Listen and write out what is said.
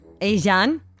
Ajan